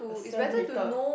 a sem later